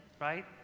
right